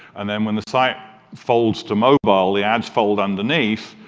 and then when the site folds to mobile, the ads fold underneath,